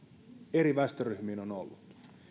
eri väestöryhmissä on ollut